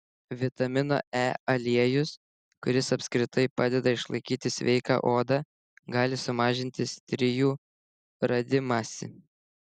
vitamino e aliejus kuris apskritai padeda išlaikyti sveiką odą gali sumažinti strijų radimąsi